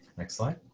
next slide.